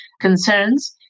concerns